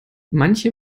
manche